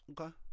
Okay